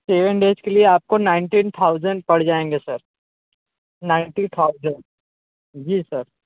seven days के लिए आपको नाइंटीन थाउजंड पड़ जायेंगे सर नाइन्टीन थाउजंड